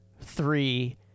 three